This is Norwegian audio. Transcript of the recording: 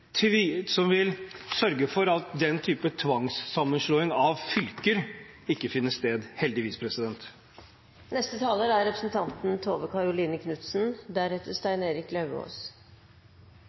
vil sørge for at den typen tvangssammenslåing av fylker ikke finner sted – heldigvis.